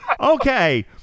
okay